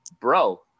bro